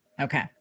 Okay